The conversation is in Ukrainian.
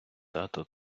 тато